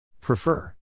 Prefer